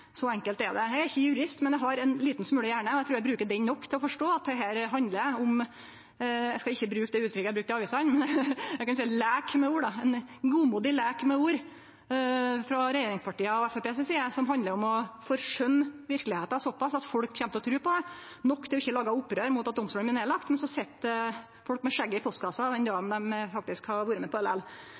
så enkelt er det. Eg er ikkje jurist, men eg har ein liten smule hjerne, og eg trur eg bruker han nok til å forstå at det handlar om – eg skal ikkje bruke det uttrykket eg brukte i avisene – ein godmodig leik med ord frå regjeringspartia og Framstegspartiet si side. Det handlar om å pynte på verkelegheita såpass at folk kjem til å tru på det, nok til ikkje å lage opprør mot at domstolar blir lagde ned, men så sit folk med skjegget i postkassa den dagen dei faktisk har vore med